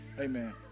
Amen